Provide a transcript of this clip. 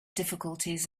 difficulties